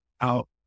out